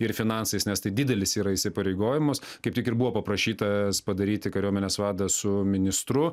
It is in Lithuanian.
ir finansais nes tai didelis yra įsipareigojimas kaip tik ir buvo paprašyta padaryti kariuomenės vadą su ministru